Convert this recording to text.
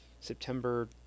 September